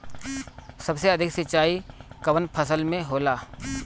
सबसे अधिक सिंचाई कवन फसल में होला?